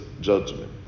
judgment